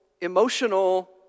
emotional